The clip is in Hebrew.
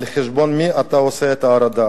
על חשבון מי אתה עושה את ההורדה?